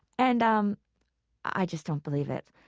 and um i just don't believe it.